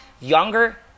younger